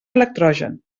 electrogen